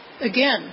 Again